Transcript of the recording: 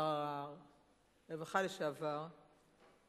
לשעבר שר הרווחה,